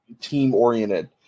team-oriented